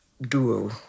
duo